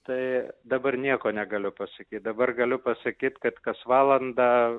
tai dabar nieko negaliu pasakyt dabar galiu pasakyt kad kas valandą